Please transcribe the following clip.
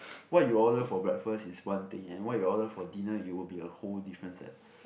what you order for breakfast is one thing and what you order for dinner it would be a whole different set